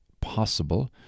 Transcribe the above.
possible